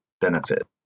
benefit